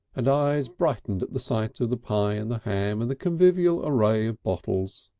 and eyes brightened at the sight of the pie and the ham and the convivial array of bottles.